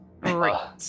right